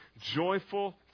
joyful